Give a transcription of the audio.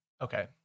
okay